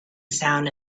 sound